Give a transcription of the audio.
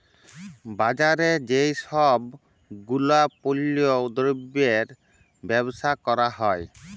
বাজারে যেই সব গুলাপল্য দ্রব্যের বেবসা ক্যরা হ্যয়